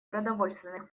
продовольственных